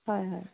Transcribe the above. হয় হয়